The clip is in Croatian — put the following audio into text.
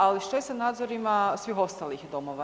Ali što je sa nadzorima svih ostalih domova?